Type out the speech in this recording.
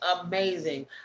amazing